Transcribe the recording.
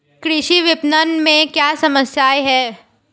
कृषि विपणन में क्या समस्याएँ हैं?